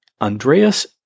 Andreas